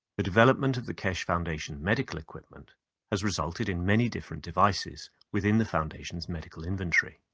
the development of the keshe foundation medical equipment has resulted in many different devices within the foundation's medical inventory.